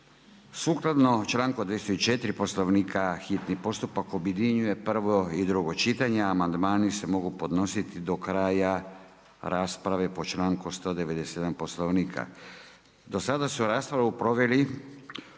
Sukladno članku 204. Poslovnika hitni postupak objedinjuje prvo i drugo čitanje. Amandmani se mogu podnositi do kraja rasprave po članku 197. Poslovnika.